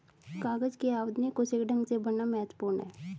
कागज के आवेदनों को सही ढंग से भरना महत्वपूर्ण है